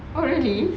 oh really